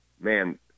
man